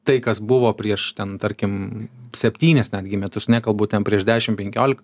tai kas buvo prieš ten tarkim septynis netgi metus nekalbu ten prieš dešim penkiolik